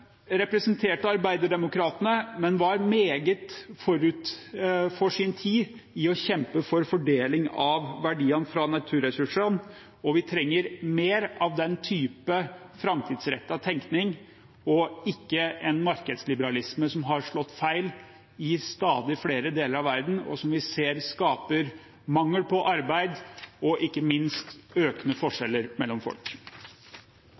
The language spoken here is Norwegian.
var meget forut for sin tid i å kjempe for fordeling av verdiene fra naturressursene. Vi trenger mer av den typen framtidsrettet tenkning, ikke en markedsliberalisme som har slått feil i stadig flere deler av verden, og som vi ser skaper mangel på arbeid og ikke minst økende forskjeller mellom folk.